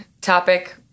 topic